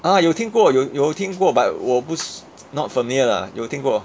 ah 有听过有有听过 but 我不 not familiar lah 有听过